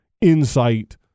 insight